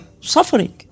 suffering